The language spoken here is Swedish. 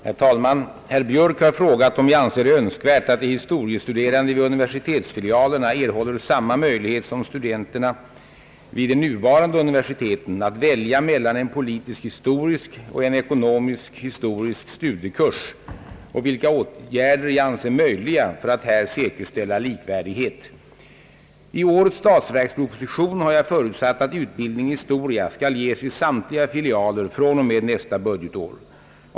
Herr talman! Herr Björk har frågat mig om jag anser det önskvärt att de historiestuderande vid universitetsfilialerna erhåller samma möjlighet som studenterna vid de nuvarande universiteten att välja mellan en politisk-historisk och en ekonomisk-historisk studiekurs och vilka åtgärder jag anser möjliga för att här säkerställa likvärdighet. I årets statsverksproposition har jag förutsatt att utbildning i historia skall ges vid samtliga filialer fr.o.m. nästa budgetår.